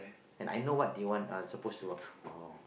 and I know what they want uh suppose to want uh